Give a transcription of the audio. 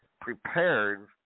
prepared